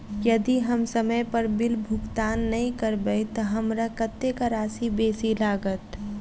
यदि हम समय पर बिल भुगतान नै करबै तऽ हमरा कत्तेक राशि बेसी लागत?